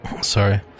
Sorry